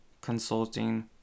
consulting